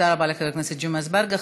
תודה רבה לחבר הכנסת ג'מעה אזברגה.